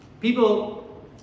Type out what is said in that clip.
People